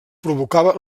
provocava